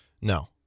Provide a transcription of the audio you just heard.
No